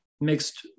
mixed